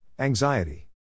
Anxiety